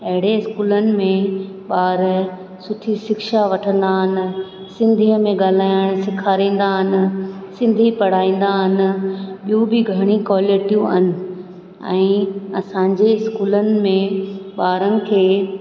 अहिड़े स्कूल में ॿार सुठी शिक्षा वठंदा आहिनि सिंधीअ में ॻाल्हाइणु सेखरींदा आहिनि सिंधी पढ़ाईंदा आहिनि ॿियूं बि घणी क़्वालिटियूं आहिनि ऐं असां जे स्कूलनि में ॿारनि खे